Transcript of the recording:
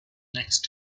next